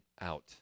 out